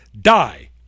die